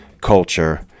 culture